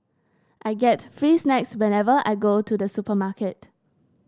I get free snacks whenever I go to the supermarket